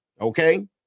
Okay